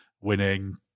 winning